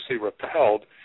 repelled